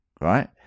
Right